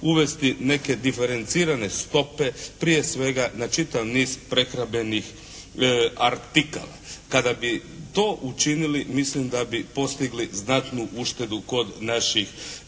uvesti neke diferencirane stope prije svega na čitav niz prehrambenih artikala. Kada bi to učinili mislim da bi postigli znatnu uštedu kod naših